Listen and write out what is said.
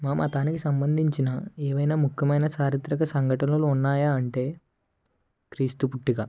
మా మతానికి సంబంధించిన ఏమైనా ముఖ్యమైన చారిత్రక సంఘటనలు ఉన్నాయా అంటే క్రీస్తు పుట్టిక